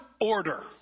order